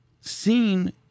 seen